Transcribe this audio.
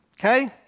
Okay